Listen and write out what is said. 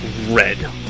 red